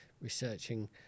researching